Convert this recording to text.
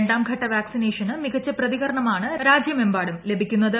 രണ്ടാം ഘട്ട വാക്സിനേഷന് മികച്ച പ്രതിക്രിങ്ങമാണ് രാജ്യമെമ്പാടും ലഭിക്കു ന്നത്